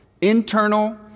internal